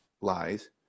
lies